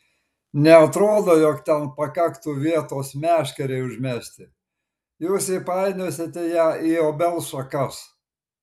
neatrodo jog ten pakaktų vietos meškerei užmesti jūs įpainiosite ją į obels šakas